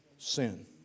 sin